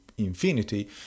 infinity